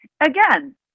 again